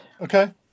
Okay